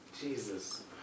Jesus